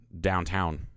Downtown